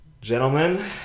Gentlemen